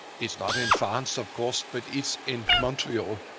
it's not in france, of course, but it's in montreal.